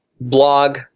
blog